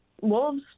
wolves